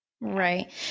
Right